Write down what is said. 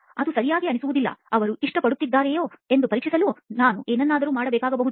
ಅದು ಸರಿಯಾಗಿ ಅನಿಸುವುದಿಲ್ಲ ಅವರು ಇಷ್ಟಪಡುತ್ತಾರೆಯೇ ಎಂದು ಪರೀಕ್ಷಿಸಲು ನಾನು ಏನನ್ನಾದರೂ ಮಾಡಬೇಕಾಗಬಹುದು